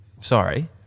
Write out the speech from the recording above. sorry